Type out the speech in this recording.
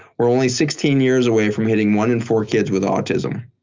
we're only sixteen years away from hitting one in four kids with autism.